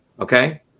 okay